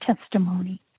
testimony